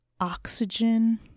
oxygen